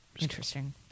Interesting